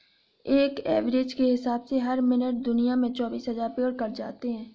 एक एवरेज के हिसाब से हर मिनट दुनिया में चौबीस हज़ार पेड़ कट जाते हैं